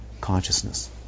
consciousness